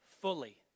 fully